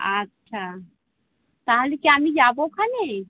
আচ্ছা তাহলে কি আমি যাবো ওখানে